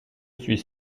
suis